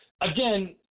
again